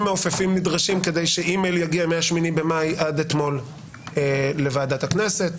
מעופפים נדרשים כדי שאימייל יגיע מה-8 במאי עד אתמול לוועדת הכנסת,